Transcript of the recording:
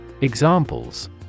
Examples